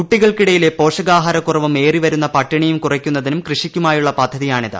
കുട്ടികൾക്കിടിയിലെ പോഷണക്കുറവും ഏറിവരുന്ന പട്ടിണിയും കുറയ്ക്കുന്നതിനും കൃഷിക്കുമായുള്ള പിദ്ധതിയാണിത്